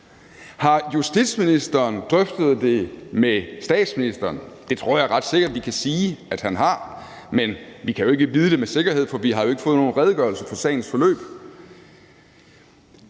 Har justitsministeren drøftet det med statsministeren? Det tror jeg ret sikkert vi kan sige han har, men vi kan jo ikke vide det med sikkerhed, for vi har ikke fået nogen redegørelse for sagens forløb.